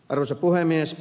arvoisa puhemies